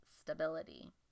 stability